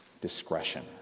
discretion